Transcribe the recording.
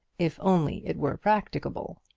if only it were practicable.